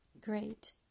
Great